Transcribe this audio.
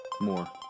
More